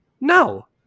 No